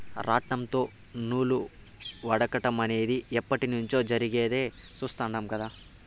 రాట్నంతో నూలు వడకటం అనేది ఎప్పట్నుంచో జరిగేది చుస్తాండం కదా